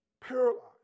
paralyzed